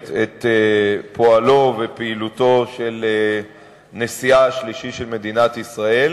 את פועלו ופעילותו של נשיאה השלישי של מדינת ישראל,